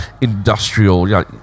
industrial